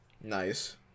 nice